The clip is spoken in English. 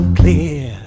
clear